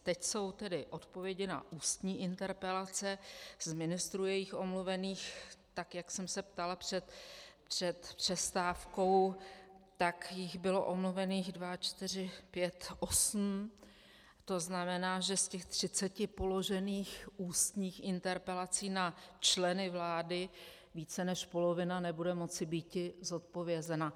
Teď jsou tedy odpovědi na ústní interpelace, z ministrů je jich omluvených, tak jak jsem se ptala před přestávkou, tak jich bylo omluvených osm, to znamená, že z těch třiceti položených ústních interpelací na členy vlády více než polovina nebude moci býti zodpovězena.